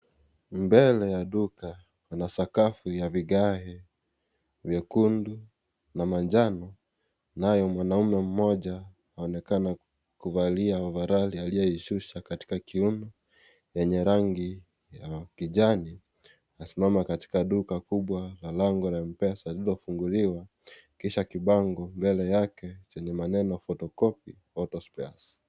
Mbele ya duka kuna sakafu ya vigae, vyekundu na manjano naye mwanaume mmoja anaonekana akivalia ovaroli aliyoishusha katika kiuno yenye rangi ya kijani amesimama katika duka kubwa na lango la mpesa lililofunguliwa kisha kibango kando yake yenye maneno (cs)photocopy autospares (cs).